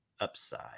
upside